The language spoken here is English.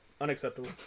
unacceptable